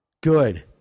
Good